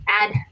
add